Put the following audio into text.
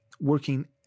working